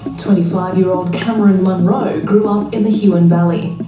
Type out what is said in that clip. twenty five year old cameron munro grew up in the huon valley.